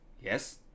Yes